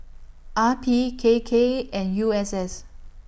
R P K K and U S S